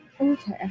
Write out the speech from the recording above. Okay